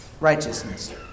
righteousness